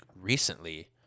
recently